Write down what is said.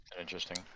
interesting